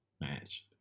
match